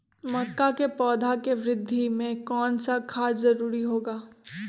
मक्का के पौधा के वृद्धि में कौन सा खाद जरूरी होगा?